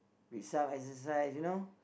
read some exercise you know